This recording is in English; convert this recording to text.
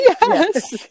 Yes